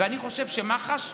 ואני חושב שמח"ש